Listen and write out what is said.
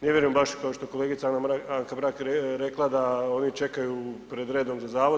Ne vjerujem baš kao što je kolegica Anka Mrak rekla da ovi čekaju pred redom za zavod.